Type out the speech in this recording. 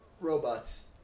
robots